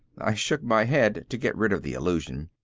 i shook my head to get rid of the illusion.